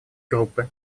группы